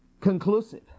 conclusive